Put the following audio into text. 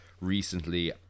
recently